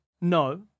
No